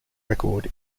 record